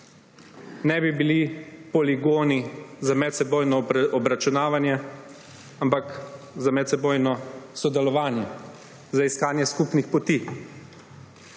ne bi bila poligon za medsebojno obračunavanje, ampak za medsebojno sodelovanje, za iskanje skupnih poti.